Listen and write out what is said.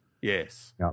Yes